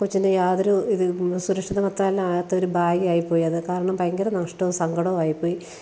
കൊച്ചിൻ്റെ യാതൊരു ഇത് സുരക്ഷിതത്താൽ ആകാത്തൊരു ബാഗായിപ്പോയി അത് കാരണം ഭയങ്കര നഷ്ടവും സങ്കടവും ആയിപ്പോയി